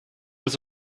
was